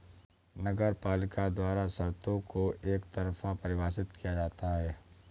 नगरपालिका द्वारा शर्तों को एकतरफा परिभाषित किया जाता है